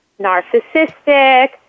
narcissistic